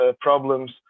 problems